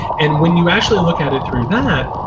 and when you actually look at it through that,